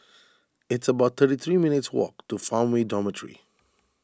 it's about thirty three minutes' walk to Farmway Dormitory